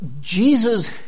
Jesus